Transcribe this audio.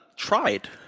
Tried